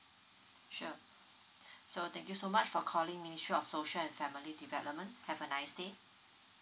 sure so thank you so much for calling ministry of social and family development have a nice day